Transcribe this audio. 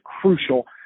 crucial